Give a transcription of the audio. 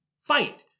Fight